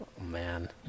man